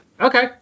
okay